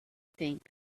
think